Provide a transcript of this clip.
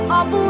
up